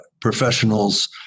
professionals